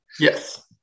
Yes